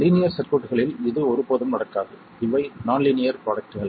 linear சர்க்யூட்களில் இது ஒருபோதும் நடக்காது இவை நான் லீனியர் ப்ரோடக்ட்கள்